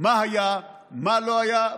מה היה ומה לא היה.